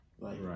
Right